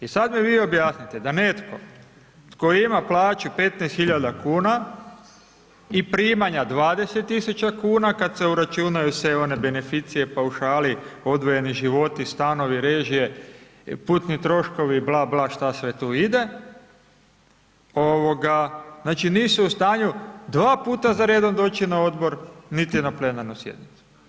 I sad mi vi objasnite da netko tko ima plaću 15.000,00 kn i primanja 20.000,00 kn kad se uračunaju se one beneficije, paušali, odvojeni životi, stanovi, režije, putni troškovi, bla, bla, šta sve tu ide, znači, nisu u stanju dva puta za redom doći na odbor, niti na plenarnu sjednicu.